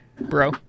bro